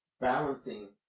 balancing